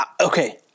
okay